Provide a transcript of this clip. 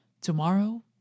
Tomorrow